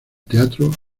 teatro